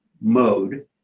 mode